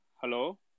Hello